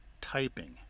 typing